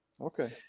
Okay